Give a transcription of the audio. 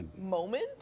moment